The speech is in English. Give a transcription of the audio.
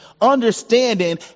understanding